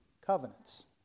covenants